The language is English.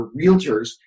realtors